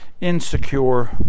insecure